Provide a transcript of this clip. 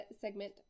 segment